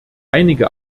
einige